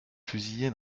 fusiller